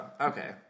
okay